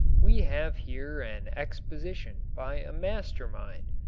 we have here an exposition by a master mind,